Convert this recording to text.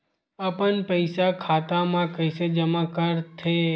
अपन पईसा खाता मा कइसे जमा कर थे?